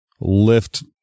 lift